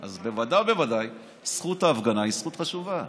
אז בוודאי ובוודאי זכות ההפגנה היא זכות חשובה.